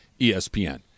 ESPN